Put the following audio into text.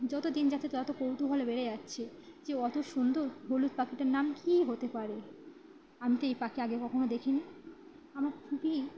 যত দিন যাচ্ছে তত কৌতূহল বেড়ে যাচ্ছে যে অত সুন্দর হলুদ পাখিটার নাম কী হতে পারে আমি তো এই পাখি আগে কখনো দেখিনি আমার খুবই